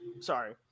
Sorry